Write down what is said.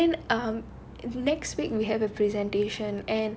ya and then um next week we have a presentation and